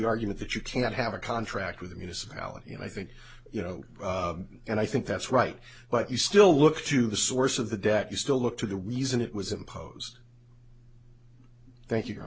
argument that you cannot have a contract with a municipality and i think you know and i think that's right but you still look to the source of the debt you still look to the reason it was imposed thank you